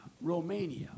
Romania